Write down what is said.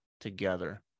together